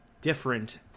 different